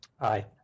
Aye